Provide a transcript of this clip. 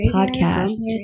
Podcast